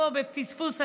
בפספוס אדיר,